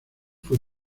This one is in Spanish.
fue